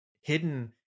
hidden